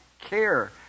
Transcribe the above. care